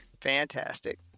Fantastic